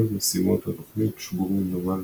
כל משימות התוכנית שוגרו מנמל